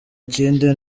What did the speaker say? ikindi